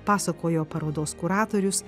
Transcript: pasakojo parodos kuratorius